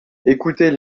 écoutez